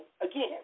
again